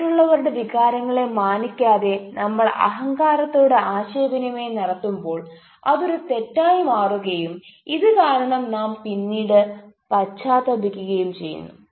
മറ്റുള്ളവരുടെ വികാരങ്ങളെ മാനിക്കാതെ നമ്മൾ അഹങ്കാരത്തോടെ ആശയവിനിമയം നടത്തുമ്പോൾ അത് ഒരു തെറ്റായി മാറുകയും ഇത് കാരണം നാം പിന്നീട് പശ്ചാത്തപിക്കുകയും ചെയ്യുന്നു